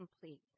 complete